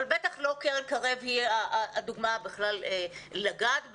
אבל בטח לא קרן קרב היא הדוגמה לגעת בה,